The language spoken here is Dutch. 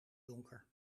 donker